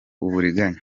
uburiganya